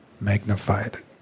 magnified